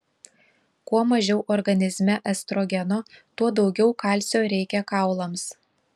kuo mažiau organizme estrogeno tuo daugiau kalcio reikia kaulams